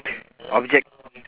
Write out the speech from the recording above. object